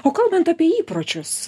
o kalbant apie įpročius